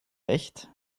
recht